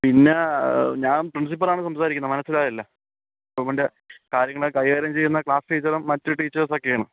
പിന്നെ ഞാൻ പ്രിൻസിപ്പളാണ് സംസാരിക്കുന്നത് മനസിലായല്ലോ മോൻ്റെ കാര്യങ്ങളൊക്കെ കൈകാര്യം ചെയ്യുന്നത് ക്ലാസ് ടീച്ചറും മറ്റു ടീച്ചേർസ് ഒക്കെയാണ്